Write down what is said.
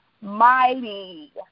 mighty